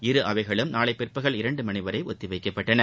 இரு அவைகளும் நாளை பிற்பகல் இரண்டு மணி வரை ஒத்திவைக்கப்பட்டன